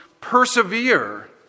persevere